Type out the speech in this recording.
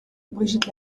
brigitte